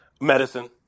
Medicine